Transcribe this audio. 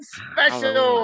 special